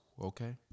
Okay